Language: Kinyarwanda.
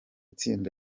tsinda